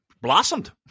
blossomed